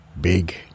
big